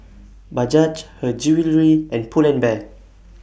Bajaj Her Jewellery and Pull and Bear